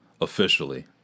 officially